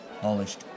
Polished